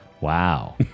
Wow